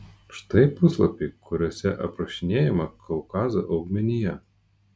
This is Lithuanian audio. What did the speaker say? štai puslapiai kuriuose aprašinėjama kaukazo augmenija